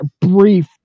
brief